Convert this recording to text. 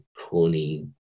corny